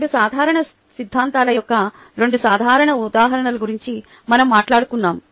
2 సాధారణ సిద్ధాంతాల యొక్క 2 సాధారణ ఉదాహరణల గురించి మనం మాట్లాడుకున్నాము